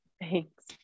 Thanks